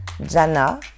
Jana